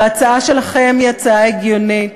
וההצעה שלכם היא הצעה הגיונית,